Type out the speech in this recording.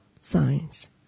science